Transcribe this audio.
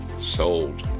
Sold